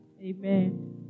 Amen